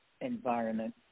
environment